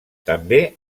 també